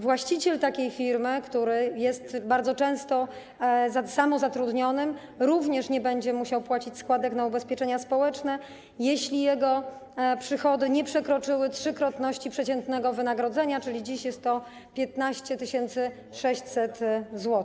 Właściciel takiej firmy, który jest bardzo często samozatrudniony, również nie będzie musiał płacić składek na ubezpieczenia społeczne, jeśli jego przychody nie przekroczyły trzykrotności przeciętnego wynagrodzenia, czyli dziś jest to 15 600 zł.